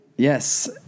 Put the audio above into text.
Yes